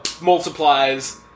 multiplies